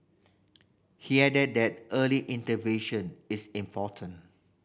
he added that early intervention is important